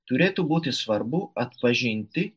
turėtų būti svarbu atpažinti